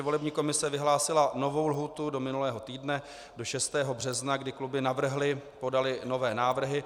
Volební komise vyhlásila novou lhůtu do minulého týdne, do 6. března, kdy kluby podaly nové návrhy.